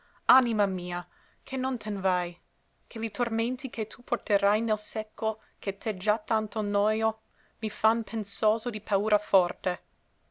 anima mia chè non ten vai chè li tormenti che tu porterai nel secol che t'è già tanto noio mi fan pensoso di paura forte